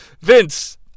Vince